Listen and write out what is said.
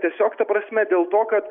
tiesiog ta prasme dėl to kad